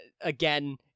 again